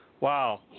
Wow